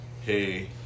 hey